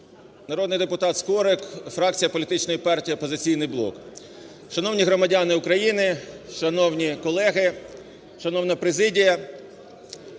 Народний депутат Скорик, фракція політичної партії "Опозиційний блок". Шановні громадяни України, шановні колеги, шановна президія,